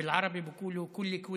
(אומר בערבית: עאידה, בערבית אומרים: כולך פנים).